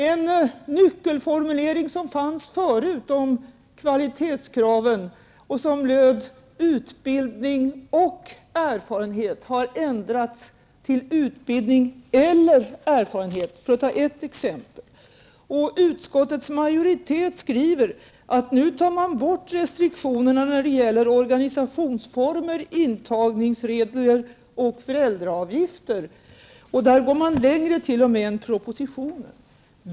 En nyckelformulering som fanns förut om kvalitetskraven och som löd ''utbildning och erfarenhet'' har ändrats till ''utbildning eller erfarenhet'' för att ta ett exempel. Utskottets majoritet skriver att man nu tar bort restriktionerna när det gäller organisationsformer, intagningsregler och föräldraavgifter. Man går t.o.m. längre än propositionen.